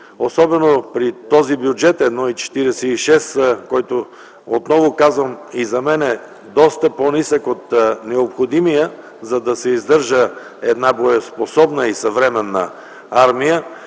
особено при този бюджет от 1,46, който отново казвам, че и за мен е по-нисък от необходимия, за да се издържа една боеспособна и съвременна армия.